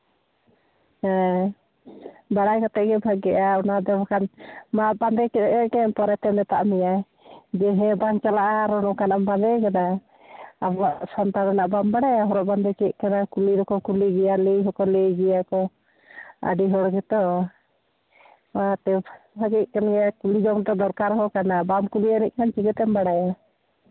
ᱦᱮᱸ ᱵᱟᱲᱟᱭ ᱠᱟᱛᱮᱫ ᱜᱮ ᱵᱷᱟᱜᱮᱭᱟ ᱚᱱᱟ ᱫᱚ ᱵᱟᱠᱷᱟᱱ ᱢᱟᱢ ᱵᱟᱸᱫᱮ ᱠᱮᱫ ᱜᱮ ᱯᱚᱨᱮᱛᱮ ᱢᱮᱛᱟᱜ ᱢᱮᱭᱟᱭ ᱦᱮᱸ ᱵᱟᱝ ᱪᱟᱞᱟᱜᱼᱟ ᱟᱨᱚ ᱱᱚᱝᱠᱟᱱᱟᱜ ᱮᱢ ᱵᱟᱸᱫᱮ ᱠᱟᱫᱟ ᱥᱟᱱᱛᱟᱲ ᱨᱮᱱᱟᱜ ᱵᱟᱢ ᱵᱟᱲᱟᱭᱟ ᱦᱚᱨᱚᱜ ᱵᱟᱸᱫᱮ ᱪᱮᱫ ᱠᱟᱱᱟ ᱠᱩᱞᱤ ᱦᱚᱸᱠᱚ ᱠᱩᱞᱤ ᱜᱮᱭᱟ ᱞᱟᱹᱭ ᱦᱚᱸᱠᱚ ᱞᱟᱹᱭ ᱜᱮᱭᱟ ᱠᱚ ᱟᱹᱰᱤ ᱦᱚᱲ ᱦᱚᱸ ᱛᱚ ᱦᱮᱸ ᱛᱚ ᱠᱩᱞᱤ ᱡᱚᱝ ᱛᱚ ᱫᱚᱨᱠᱟᱨ ᱦᱚᱸ ᱠᱟᱱᱟ ᱵᱟᱢ ᱠᱩᱞᱤ ᱞᱮᱠᱷᱟᱱ ᱪᱤᱠᱟᱹ ᱛᱮᱢ ᱵᱟᱲᱟᱭᱟ